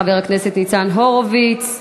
חבר הכנסת ניצן הורוביץ,